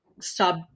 sub